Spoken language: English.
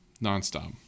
non-stop